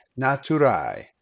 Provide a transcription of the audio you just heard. naturai